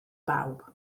bawb